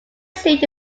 seat